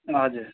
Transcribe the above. हजुर